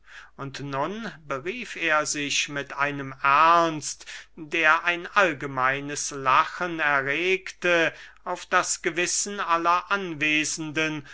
und nun berief er sich mit einem ernst der ein allgemeines lachen erregte auf das gewissen aller anwesenden